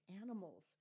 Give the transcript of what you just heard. animals